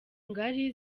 ngari